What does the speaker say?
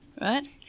right